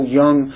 young